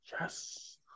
yes